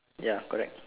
ya correct